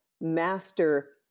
master